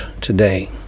today